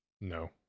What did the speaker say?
No